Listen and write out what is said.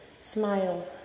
Smile